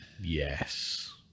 yes